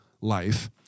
life